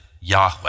Yahweh